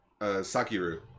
sakiru